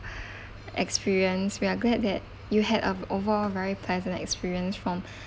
experience we're glad that you had a overall very pleasant experience from